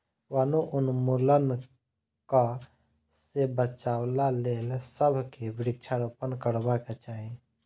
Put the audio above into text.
वनोन्मूलनक सॅ बचाबक लेल सभ के वृक्षारोपण करबाक चाही